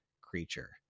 creature